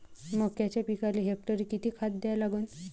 मक्याच्या पिकाले हेक्टरी किती खात द्या लागन?